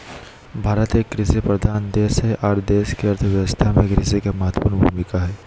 भारत एक कृषि प्रधान देश हई आर देश के अर्थ व्यवस्था में कृषि के महत्वपूर्ण भूमिका हई